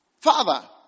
Father